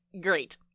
great